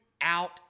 out